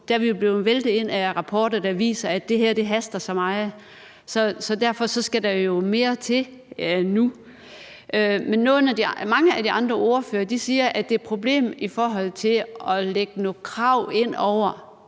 da er det jo væltet ind med rapporter, der viser, at det her haster så meget, så derfor skal der mere til nu. Men mange af de andre ordførere siger, at der er et problem i forhold til at lægge nogle krav ind over